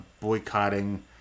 Boycotting